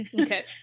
Okay